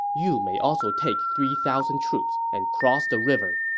you may also take three thousand troops and cross the river.